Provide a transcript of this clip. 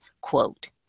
quote